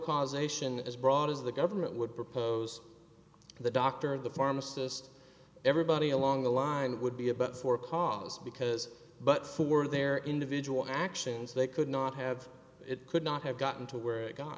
causation as broad as the government would propose the doctor or the pharmacist everybody along the line would be about for cause because but for their individual actions they could not have it could not have gotten to where